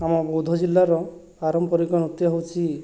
ଆମ ବୌଦ୍ଧ ଜିଲ୍ଲାର ପାରମ୍ପରିକ ନୃତ୍ୟ ହେଉଛି